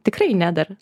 tikrai ne dar